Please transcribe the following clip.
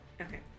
Okay